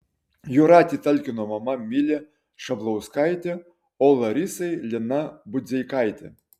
jūratei talkino mama milė šablauskaitė o larisai lina budzeikaitė